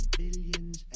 billions